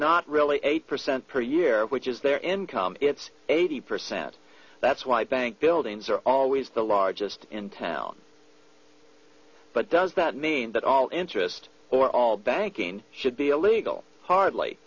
not really eight percent per year which is their income it's eighty percent that's why bank buildings are always the largest in town but does that mean that all interest or all banking should be illegal hardly